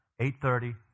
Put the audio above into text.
8.30